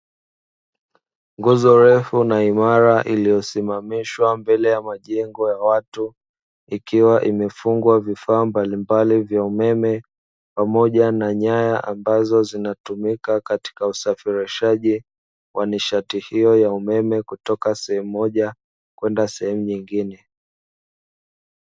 Nguzo ndefu na imara iliyosimamishwa mbele ya majengo ya watu, ikiwa imefungwa vifaa mbalimbali vya umeme pamoja na nyaya ambazo zinatumika katika usafirishaji wa nishati hiyo ya umeme kutoka sehemu moja kwenda sehemu nyingine.